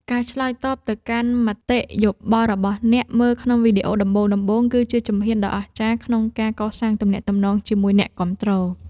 ការឆ្លើយតបទៅកាន់មតិយោបល់របស់អ្នកមើលក្នុងវីដេអូដំបូងៗ គឺជាជំហានដ៏អស្ចារ្យក្នុងការកសាងទំនាក់ទំនងជាមួយអ្នកគាំទ្រ។